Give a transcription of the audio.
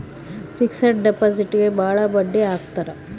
fixed ಡಿಪಾಸಿಟ್ಗೆ ಭಾಳ ಬಡ್ಡಿ ಹಾಕ್ತರ